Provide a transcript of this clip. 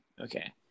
Okay